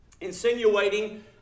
insinuating